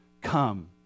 come